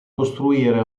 costruire